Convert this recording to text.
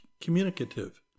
communicative